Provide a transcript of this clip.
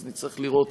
אז נצטרך לראות